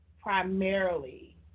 primarily